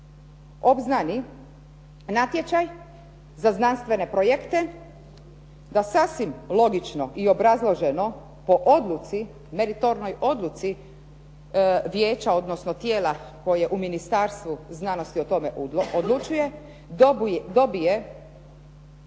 obznani natječaj za znanstvene projekte da sasvim logično i obrazloženo po odluci, meritornoj odluci vijeća odnosno tijela koje u Ministarstvu znanosti o tome odlučuje dobije